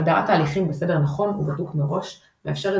הגדרת תהליכים בסדר נכון ובדוק מראש מאפשרת